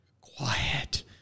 quiet